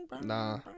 Nah